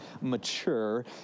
mature